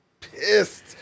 pissed